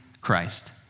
Christ